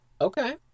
Okay